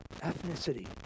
ethnicity